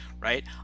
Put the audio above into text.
right